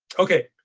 ok,